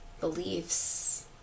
beliefs